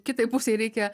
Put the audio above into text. kitai pusei reikia